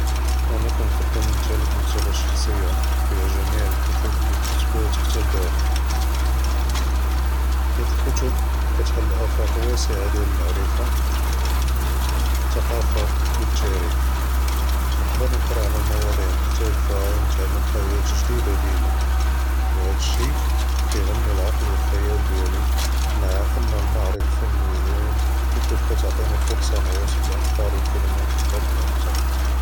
אנא כנפצל נמתלק מקתה שחסיה פיה ג'מע אלכתאב לי תכתבת חתא לדאבא, חית אלכתאב כתחל אפאק ואסעה דיאל אלמערפה, אלתקאפה ואלתאריח, נעדר נקרא עלא מודואע מחתלפה ונאתעלם חאג'את ג'דידה דימי, וזהאשי כיגני אלעקל ואלחיאל דיאלי מע אן אלמעערד אלפני זויין, אלכתאב כתעטיני פורסה נוסף אלאפקר ואלכלאמת או אכתר.